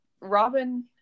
Robin